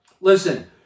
Listen